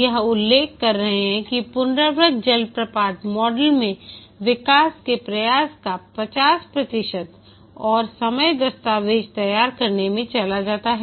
यह उल्लेख कर रहे हैं कि पुनरावृत्त जलप्रपात मॉडल में विकास के प्रयास का 50 प्रतिशत और समय दस्तावेज तैयार करने में चला जाता है